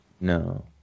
No